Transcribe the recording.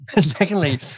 Secondly